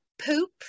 poop